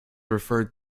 referred